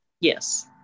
Yes